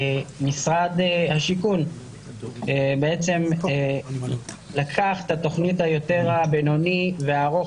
משרד השיכון בעצם לקח את התוכנית היותר בינוני וארוך